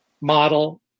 model